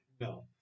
No